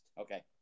Okay